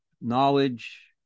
knowledge